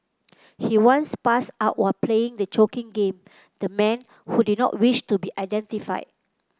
he once passed out while playing the choking game the man who did not wish to be identified